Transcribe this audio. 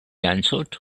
answered